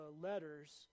letters